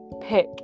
pick